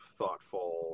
thoughtful